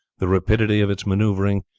the rapidity of its maneuvering,